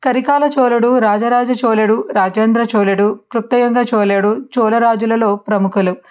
కరికాల చోళుడు రాజరాజ చోళుడు రాజేంద్ర చోళుడు క్లుప్తయంగా చోళుడు చోళ రాజులలో ప్రముఖులు